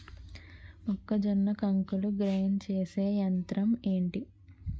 మొక్కజొన్న కంకులు గ్రైండ్ చేసే యంత్రం ఏంటి?